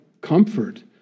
comfort